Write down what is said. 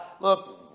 look